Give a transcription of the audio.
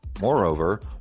Moreover